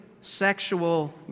sexual